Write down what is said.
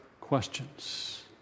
questions